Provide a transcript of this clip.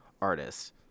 artists